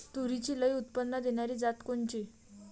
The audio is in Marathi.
तूरीची लई उत्पन्न देणारी जात कोनची?